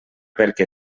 perquè